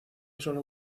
solo